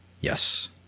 Yes